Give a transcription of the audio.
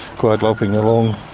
quite loping along,